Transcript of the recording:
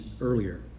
earlier